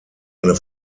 eine